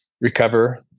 recover